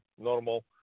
normal